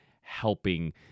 helping